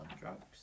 drugs